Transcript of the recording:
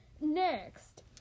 Next